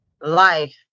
Life